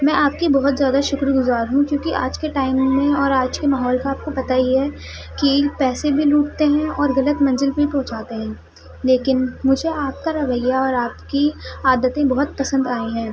میں آپ کی بہت زیادہ شکرگزار ہوں چونکہ آج کے ٹائم میں اور آج کے ماحول کا آپ کو پتا ہی ہے کہ پیسے بھی لوٹتے ہیں اور غلط منزل پہ بھی پہنچاتے ہیں لیکن مجھے آپ کا رویہ اور آپ کی عادتیں بہت پسند آئی ہیں